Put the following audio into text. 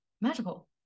magical